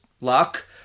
luck